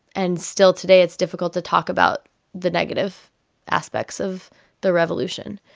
and still today it's difficult to talk about the negative aspects of the revolution.